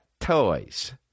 toys